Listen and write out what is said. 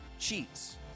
cheats